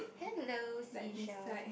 hello seashell